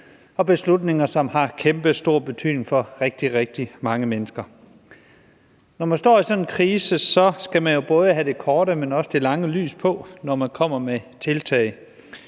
og beslutninger, som har kæmpestor betydning for rigtig, rigtig mange mennesker. Når man står i sådan en krise, skal man jo både have det korte, men også det lange lys på, når man kommer med tiltag.